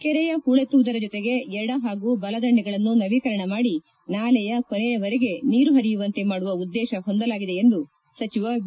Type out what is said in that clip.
ಕೆರೆ ಹೂಳೆತ್ತೆವುದರ ಜೊತೆಗೆ ಎಡ ಹಾಗೂ ಬಲದಂಡೆಗಳನ್ನು ನವೀಕರಣ ಮಾಡಿ ನಾಲೆಯ ಕೊನೆಯವರೆಗೆ ನೀರು ಹರಿಯುವಂತೆ ಮಾಡುವ ಉದ್ದೇಶ ಹೊಂದಲಾಗಿದೆ ಎಂದು ಸಚಿವ ಬಿ